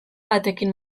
batekin